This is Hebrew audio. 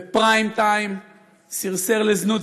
בפריים טיים סרסר לזנות,